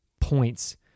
points